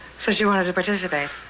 so she wanted to participate.